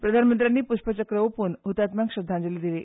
प्रधानमंत्र्यानी पुष्पचक्र ओपुन ह्तात्म्यांक श्रध्दांजली दिली